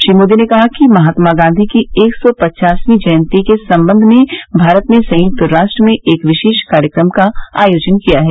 श्री मोदी ने कहा कि महात्मा गांधी की एक सौ पचासवीं जयंती के संबंध में भारत ने संयुक्त राष्ट्र में एक विशेष कार्यक्रम का आयोजन किया है